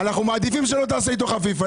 אנחנו מעדיפים שלא תעשה איתו חפיפה.